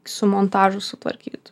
su montažu sutvarkyt